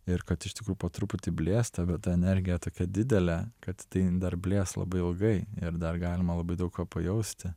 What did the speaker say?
ir kad iš tikrųjų po truputį blėsta bet ta energija tokia didelė kad tai jin dar blės labai ilgai ir dar galima labai daug ko pajausti